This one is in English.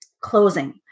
closing